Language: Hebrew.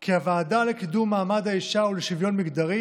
כי הוועדה לקידום מעמד האישה ולשוויון מגדרי